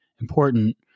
important